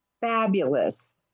fabulous